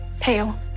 pale